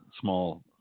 small